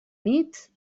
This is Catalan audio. nit